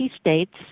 states